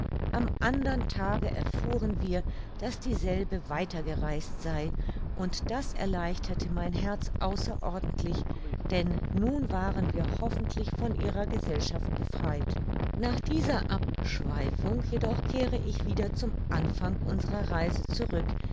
am andern tag erfuhren wir daß dieselbe weiter gereist sei und das erleichterte mein herz außerordentlich denn nun waren wir hoffentlich von ihrer gesellschaft befreit nach dieser abschweifung jedoch kehre ich wieder zum anfang unserer reise zurück